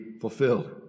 fulfilled